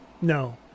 no